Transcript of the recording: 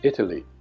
Italy